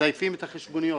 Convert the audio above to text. - מזייפים את החשבוניות.